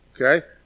Okay